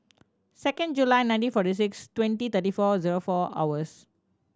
second July nineteen forty six twenty thirty four zero four hours